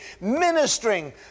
ministering